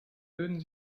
würden